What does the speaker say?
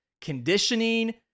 conditioning